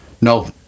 No